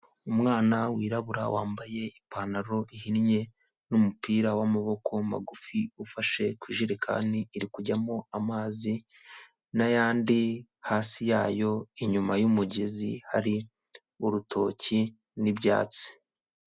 Umwana wirabura wambaye ipantaro ihinnye n'umupira w'amaboko magufi, ufashe ku ijerekani iri kujyamo amazi n'ayandi hasi yayo, inyuma y'umugezi hari urutoki n'ibyatsi.